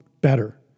better